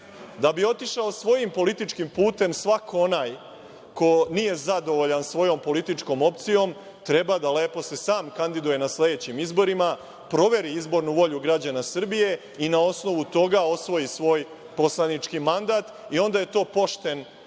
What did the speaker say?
bi otišao svojim političkim putem svako onaj ko nije zadovoljan svojom političkom opcijom treba da se lepo sam kandiduje na sledećim izborima, proveri izbornu volju građana Srbije i na osnovu toga osvoji svoj poslanički mandat i onda je to pošten